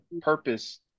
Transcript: purpose